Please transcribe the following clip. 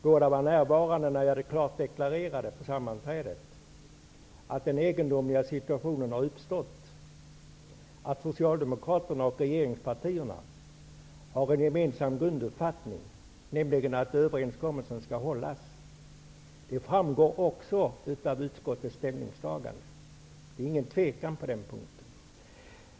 Båda var närvarande när jag på sammanträdet klart deklarerade att den egendomliga situationen har uppstått att Socialdemokraterna och regeringspartierna har en gemensam grunduppfattning, nämligen att överenskommelsen skall hållas. Det framgår också av utskottets ställningstagande. Det råder inga tvivel på den punkten.